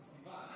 זה בסיוון.